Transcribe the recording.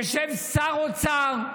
יושב שר אוצר,